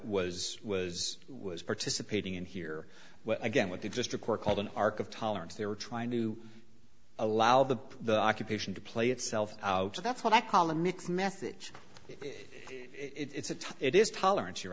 was was was participating in here again with the just a core called an arc of tolerance they were trying to allow the the occupation to play itself out so that's what i call a mixed message if it's a tie it is tolerance your